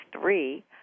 three